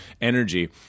energy